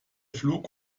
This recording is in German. flug